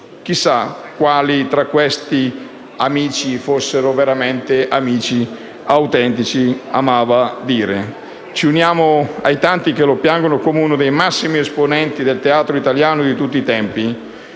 Chissà quali sono fra questi gli amici veramente autentici?». Ci uniamo ai tanti che lo piangono come uno dei massimi esponenti del teatro italiano di tutti i tempi.